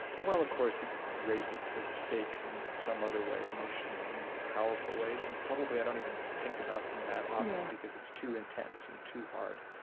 well, of course it raises the stakes in some other way emotionally in powerful ways and probably i don't even think about them that often, yeah, because it's too intense and too hard.